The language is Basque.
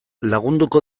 lagunduko